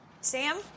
Sam